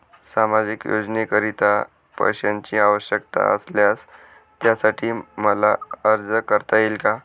सामाजिक योजनेकरीता पैशांची आवश्यकता असल्यास त्यासाठी मला अर्ज करता येईल का?